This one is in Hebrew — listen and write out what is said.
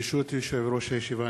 ברשות יושב-ראש הישיבה,